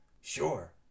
Sure